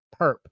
perp